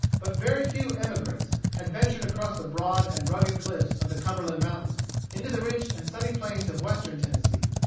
but very few emigrants had ventured across the broad and rugged cliffs of the cumberland mountains into the rich and sunny plains of western tennessee.